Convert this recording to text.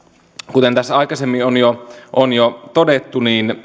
kuten tässä aikaisemmin on jo on jo todettu niin